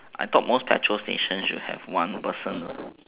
I thought most petrol stations should have one person